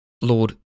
Lord